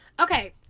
Okay